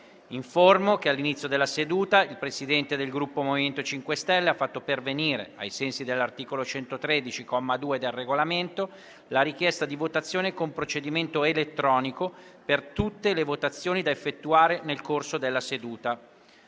che all'inizio della seduta il Presidente del Gruppo MoVimento 5 Stelle ha fatto pervenire, ai sensi dell'articolo 113, comma 2, del Regolamento, la richiesta di votazione con procedimento elettronico per tutte le votazioni da effettuare nel corso della seduta.